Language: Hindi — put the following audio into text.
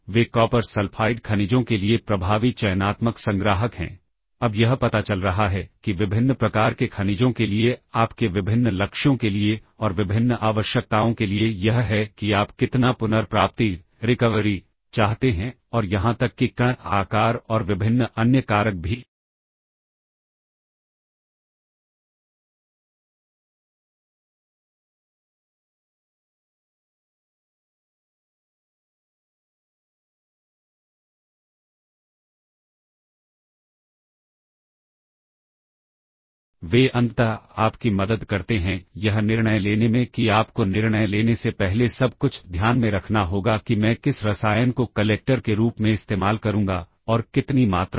तो अगर हम लूप के बाहर इंस्ट्रक्शन को पुश या पॉप करने की कोशिश करें तो यह बहुत जरूरी है कि हम इसे लूप की बॉडी के अंदर ही रखें और तब इस बात का खास ध्यान रखें कि इससे बॉडी की शुरुआत में रखा जाए और इसे बॉडी के अंत में पॉप आउट किया जाए नहीं तो ऐसा भी हो सकता है कि कुछ पॉप एग्जीक्यूट ही ना हो